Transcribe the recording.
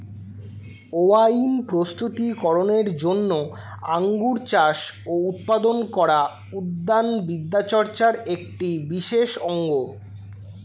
wine প্রস্তুতি করনের জন্য আঙুর চাষ ও উৎপাদন করা উদ্যান বিদ্যাচর্চার একটি বিশেষ অঙ্গ